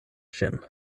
ĝin